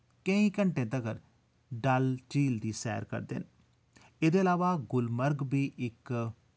केईं घंटे तक्कर डल झील दी सैर करदे न इ'दे अलावा गुलमर्ग बी इक